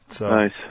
Nice